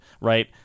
Right